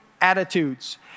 Attitudes